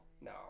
no